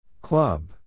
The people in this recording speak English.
Club